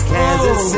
Kansas